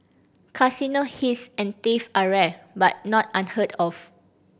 casino heist and theft are rare but not unheard of